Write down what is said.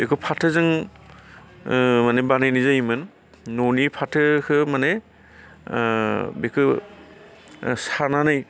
बेखौ फाथोजों ओ माने बानायनाय जायोमोन न'नि फाथोखो माने ओ बेखौ ओ सारनानै